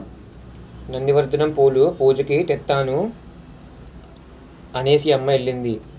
నంది వర్ధనం పూలు పూజకి తెత్తాను అనేసిఅమ్మ ఎల్లింది